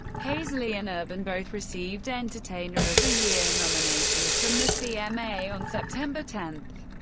paisley and urban both received entertainer of the year nominations from the cma on september ten,